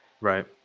Right